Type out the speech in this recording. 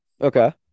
Okay